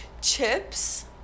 Chips